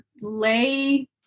lay